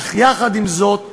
אך יחד עם זאת,